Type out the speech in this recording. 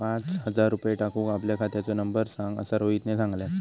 पाच हजार रुपये टाकूक आपल्या खात्याचो नंबर सांग असा रोहितने सांगितल्यान